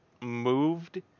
moved